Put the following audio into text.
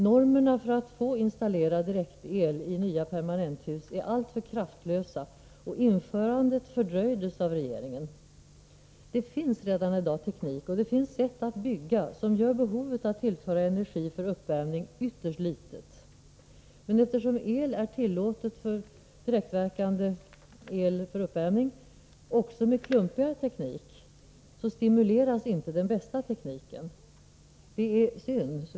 Normerna för att få installera direktverkande el i nya permanenthus är alltför kraftlösa, och införandet av dem fördröjdes av regeringen. Det finns redan i dag teknik och sätt att bygga som gör behovet av att tillföra energi för uppvärmning ytterst litet. Men eftersom direktverkande el är tillåtet för uppvärmning också med klumpiga re teknik stimuleras inte den bästa tekniken. Det är synd.